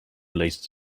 related